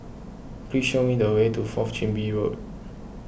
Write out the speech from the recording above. please show me the way to Fourth Chin Bee Road